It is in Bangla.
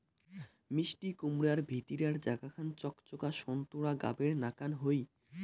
মিষ্টিকুমড়ার ভিতিরার জাগা খান চকচকা সোন্তোরা গাবের নাকান হই